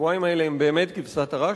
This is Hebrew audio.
השבועיים האלה הם באמת כבשת הרש,